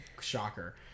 Shocker